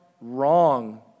wrong